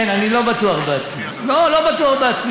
כן, אני לא בטוח בעצמי, אני לא בטוח בעצמי.